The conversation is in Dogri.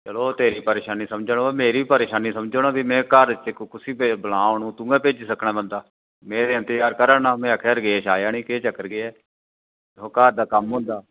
चलो तेरी परेशानी समझा दा मेरी बी परेशानी समझो ना फेर में घर च कुसी बलां तुएं भेजी सकना बंदा में ते इंतजार करा नां में आखेआ रकेश आया नी के चक्कर केह् ऐ घर दा कम्म होंदा